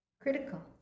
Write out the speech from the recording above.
critical